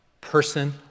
person